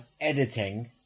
editing